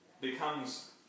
becomes